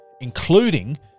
including